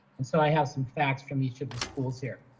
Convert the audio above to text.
and so, i have some facts from each of the schools here.